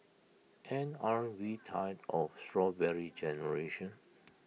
and aren't we tired of Strawberry Generation